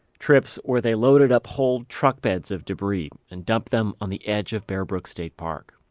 trips, where they loaded up whole truck-beds of debris, and dumped them on the edge of bear brook state park.